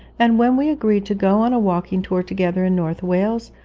and when we agreed to go on a walking tour together in north wales,